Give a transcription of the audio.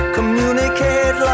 communicate